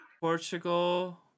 Portugal